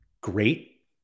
great